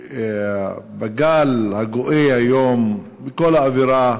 שבגל הגואה היום ובכל האווירה